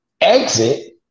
exit